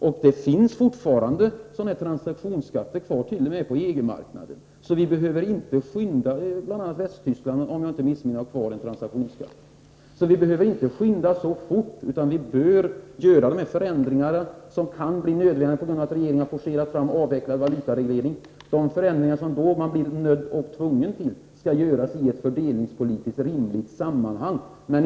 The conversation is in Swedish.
Och det finns fortfarande transaktionsskatter kvar, t.o.m. på EG-marknaden — bl.a. i Västtyskland, om jag inte minns fel — så vi behöver inte skynda så fort. Vi bör göra de förändringar som kan bli nödvändiga på grund av att regeringen har forcerat fram avveckling av valutaregleringen. De förändringar som man då blir nödd och tvungen till skall göras i ett fördelningspolitiskt rimligt sammanhang.